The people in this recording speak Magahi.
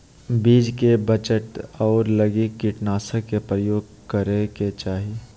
बीज के बचत करै लगी कीटनाशक के प्रयोग करै के चाही